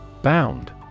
Bound